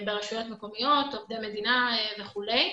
ברשויות מקומיות, עובדי מדינה וכולי.